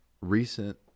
recent